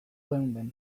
geunden